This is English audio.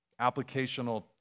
applicational